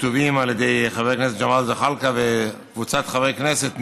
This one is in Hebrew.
בכתובים על ידי חבר הכנסת ג'מאל זחאלקה וקבוצת חברי כנסת,